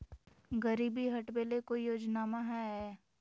गरीबी हटबे ले कोई योजनामा हय?